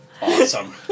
Awesome